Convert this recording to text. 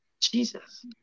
Jesus